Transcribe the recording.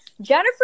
jennifer